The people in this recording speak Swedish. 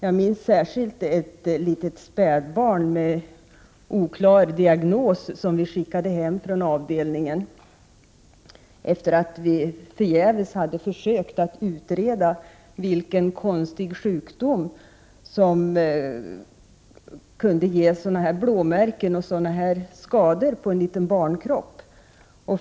Jag minns särskilt ett litet spädbarn med oklar diagnos som vi skickade hem från avdelningen efter att förgäves ha försökt utreda vilken konstig sjukdom som kunde ge upphov till blåmärken och skador på den lilla barnkroppen.